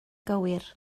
gywir